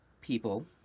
people